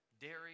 dairy